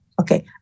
Okay